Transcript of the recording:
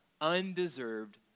undeserved